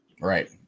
Right